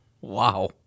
Wow